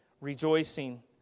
rejoicing